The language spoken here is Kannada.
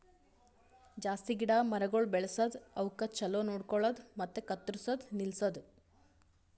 ಜಾಸ್ತಿ ಗಿಡ ಮರಗೊಳ್ ಬೆಳಸದ್, ಅವುಕ್ ಛಲೋ ನೋಡ್ಕೊಳದು ಮತ್ತ ಕತ್ತುರ್ಸದ್ ನಿಲ್ಸದು